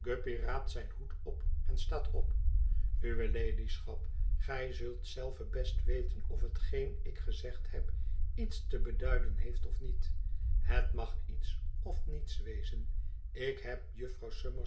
raapt zijn hoed op en staat op uwe ladyschap gij zult zelve best weten of hetgeen ik gezegd heb iets te beduiden heeft of niet het mag iets of niets wezen ik heb jufvrouw